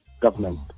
government